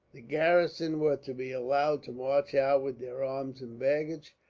the garrison were to be allowed to march out with their arms and baggage,